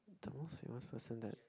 the most famous person that